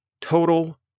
total